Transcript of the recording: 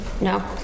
No